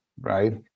right